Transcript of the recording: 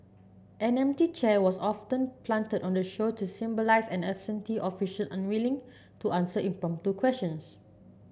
an empty chair was often planted on the show to symbolise an absentee official unwilling to answer impromptu questions